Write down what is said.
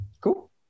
Cool